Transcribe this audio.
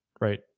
Right